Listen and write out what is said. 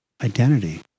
identity